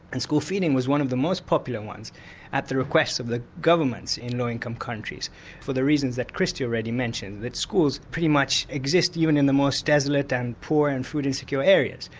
and school feeding was one of the most popular ones at request of the governments in low income countries for the reasons that kristie already mentioned, that schools pretty much exist even in the most desolate and poor and food insecure areas.